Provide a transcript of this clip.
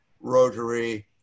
rotary